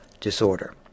disorder